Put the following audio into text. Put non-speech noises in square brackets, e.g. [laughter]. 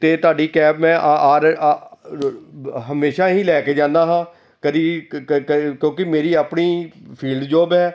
ਅਤੇ ਤੁਹਾਡੀ ਕੈਬ ਮੈਂ ਆ ਆਰ ਆ [unintelligible] ਹਮੇਸ਼ਾ ਹੀ ਲੈ ਕੇ ਜਾਂਦਾ ਹਾਂ ਕਦੀ ਕਿਉਂਕਿ ਮੇਰੀ ਆਪਣੀ ਫੀਲਡ ਜੋਬ ਹੈ